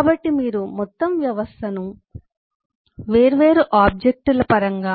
కాబట్టి మీరు మొత్తం వ్యవస్థను వేర్వేరు ఆబ్జెక్ట్ ల పరంగా